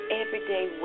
everyday